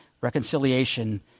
reconciliation